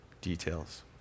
details